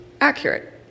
accurate